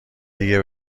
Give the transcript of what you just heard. دیگه